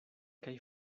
kaj